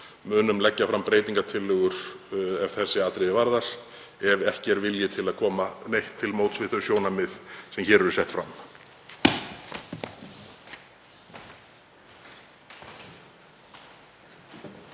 munum leggja fram breytingartillögur er þessi atriði varðar ef ekki er vilji til að koma neitt til móts við þau sjónarmið sem hér eru sett fram.